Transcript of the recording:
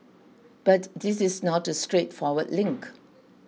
but this is not a straightforward link